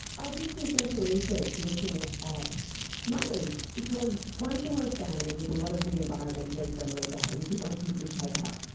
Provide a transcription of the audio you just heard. i did some social research looking at mothers, because one thing we've found is with a lot of the environmentally friendly behaviours we want people to take up,